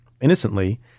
innocently